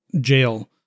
jail